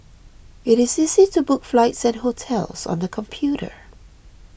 it is easy to book flights and hotels on the computer